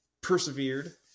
persevered